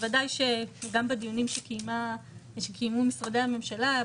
ובוודאי שברור לנו שזה צריך להיכנס גם בדיונים שקיימו משרדי הממשלה.